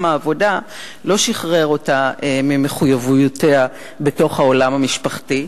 העבודה לא שחרר אותה ממחויבויותיה בתוך העולם המשפחתי,